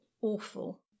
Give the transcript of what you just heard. awful